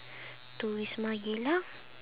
to wisma geylang